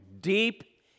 Deep